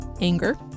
anger